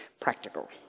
Practical